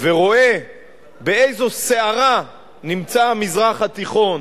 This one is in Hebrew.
ורואה באיזו סערה נמצא המזרח התיכון,